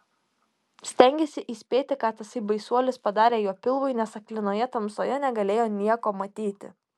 stengėsi įspėti ką tasai baisuolis padarė jo pilvui nes aklinoje tamsoje negalėjo nieko matyti